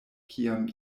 kiam